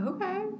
Okay